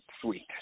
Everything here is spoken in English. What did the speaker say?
Sweet